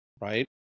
right